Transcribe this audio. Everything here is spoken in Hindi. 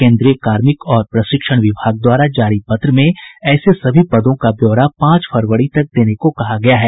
केन्द्रीय कार्मिक और प्रशिक्षण विभाग द्वारा जारी पत्र में ऐसे सभी पदों का ब्यौरा पांच फरवरी तक देने को कहा गया है